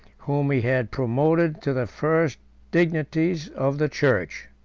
whom he had promoted to the first dignities of the church.